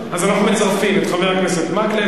את חבר הכנסת מקלב,